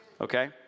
okay